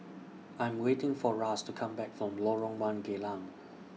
I'm waiting For Ras to Come Back from Lorong one Geylang